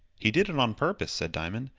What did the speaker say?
he did it on purpose, said diamond.